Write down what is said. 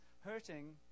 hurting